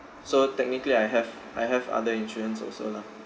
so technically I have I have other insurance also lah